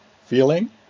feeling